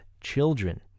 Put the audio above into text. children